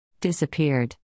Disappeared